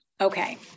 Okay